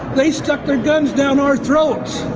they stuck their guns down our throats